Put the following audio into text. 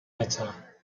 better